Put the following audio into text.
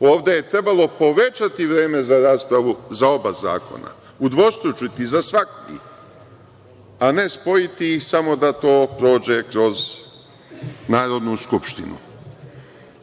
Ovde je trebalo povećati vreme za raspravu, za oba zakona, udvostručiti za svaki, a ne spojiti ih samo da to prođe kroz Narodnu skupštinu.